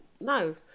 no